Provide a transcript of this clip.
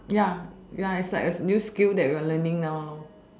ya ya it's like a new skill that we are learning now